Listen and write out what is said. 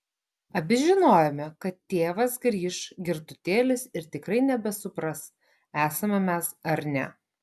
abi žinojome kad tėvas grįš girtutėlis ir tikrai nebesupras esame mes ar ne